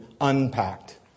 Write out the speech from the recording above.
unpacked